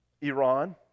Iran